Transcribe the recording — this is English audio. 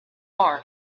are